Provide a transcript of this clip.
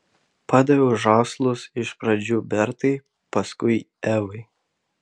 padaviau žąslus iš pradžių bertai paskui evai